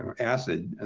um acid,